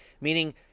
Meaning